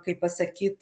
kaip pasakyt